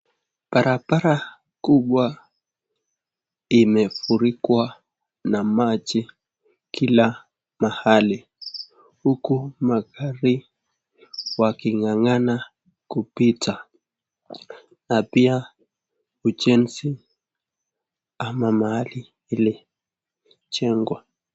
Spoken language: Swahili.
Barabara kubwa imefurikwa na maji kila mahali, huku magari wakingangana kupita. Na pia, ujenzi ama mahali ile jengwa.